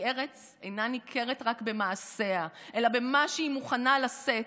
כי ארץ אינה ניכרת רק במעשיה אלא במה שהיא מוכנה לשאת,